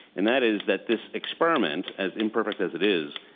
and that is that this experiment, as imperfect as it is,